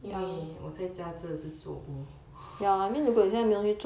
因为我在家真的是 zuobo